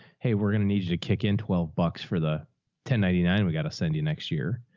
hey, we're going to need you to kick in twelve bucks for the ten ninety nine we got to send you next year.